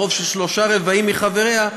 ברוב של שלושה רבעים מחבריה,